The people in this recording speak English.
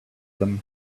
them